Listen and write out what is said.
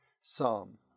psalm